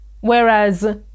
Whereas